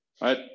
right